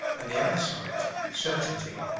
and the eyesight, certainty.